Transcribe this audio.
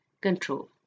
control